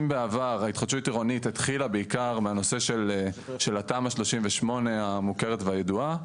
אם בעבר התחדשות עירונית התחילה בעיקר מהנושא של תמ"א 38 המוכר והידועה,